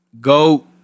go